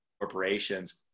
corporations